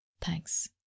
Thanks